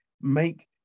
make